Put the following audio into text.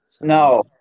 No